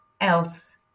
else